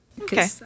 Okay